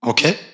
Okay